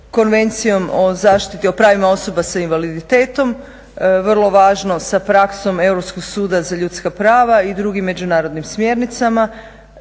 Konvencijom o zaštiti o pravima osoba sa invaliditetom, vrlo važno sa praksom Europskog suda za ljudska prava i drugim međunarodnim smjernicama.